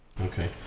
okay